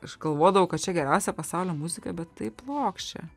aš galvodavau kad čia geriausia pasaulio muzika bet taip plokščia